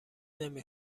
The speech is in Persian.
نمی